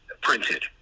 printed